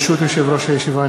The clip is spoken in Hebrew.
ברשות יושב-ראש הישיבה,